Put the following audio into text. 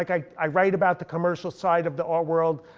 i write about the commercial side of the art world,